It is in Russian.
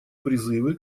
призывы